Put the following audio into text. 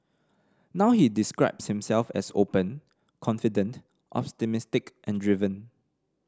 now he describes himself as open confident optimistic and driven